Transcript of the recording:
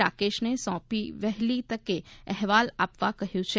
રાકેશને સોંપી વહેલી તકે અહેવાલ આપવા કહ્યું છે